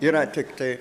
yra tiktai